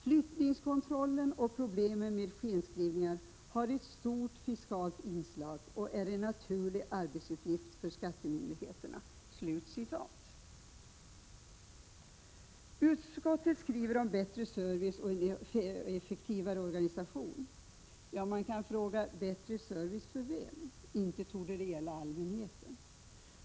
Flyttningskontrollen och problemet med skenskrivningar har ett starkt fiskalt inslag och är en naturlig arbetsuppgift för skattemyndigheterna.” Utskottet skriver om bättre service och en effektivare organisation. Man kan fråga: bättre service för vem? Inte torde det gälla allmänheten.